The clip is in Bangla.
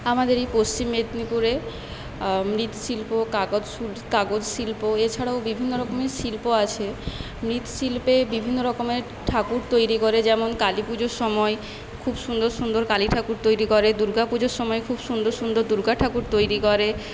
আমাদের এই পশ্চিম মেদিনীপুরে মৃৎশিল্প কাগজসু কাগজ শিল্প এছাড়াও বিভিন্ন রকমের শিল্প আছে মৃৎশিল্পে বিভিন্ন রকমের ঠাকুর তৈরি করে যেমন কালীপুজোর সময় খুব সুন্দর সুন্দর কালী ঠাকুর তৈরি করে দুর্গাপুজোর সময় খুব সুন্দর সুন্দর দুর্গা ঠাকুর তৈরি করে